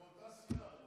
הם מאותה סיעה.